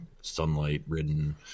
sunlight-ridden